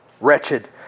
wretched